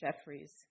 Jeffries